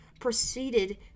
Proceeded